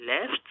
left